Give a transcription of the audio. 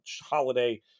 holiday